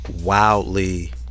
wildly